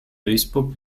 duisburg